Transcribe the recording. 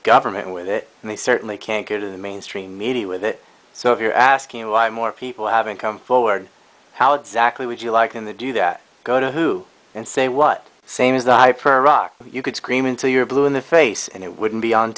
government with it and they certainly can't get in the mainstream media with it so if you're asking why more people haven't come forward how exactly would you like in the do that go to who and say what same is the high for a rock you could scream until you're blue in the face and it wouldn't be on